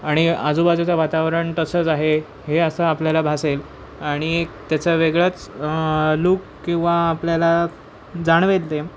आणि आजूबाजूचं वातावरण तसंच आहे हे असं आपल्याला भासेल आणि त्याचा वेगळाच लूप किंवा आपल्याला जाणवेल ते